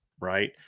Right